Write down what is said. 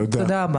תודה.